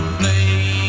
play